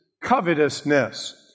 covetousness